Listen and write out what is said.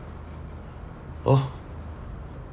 oh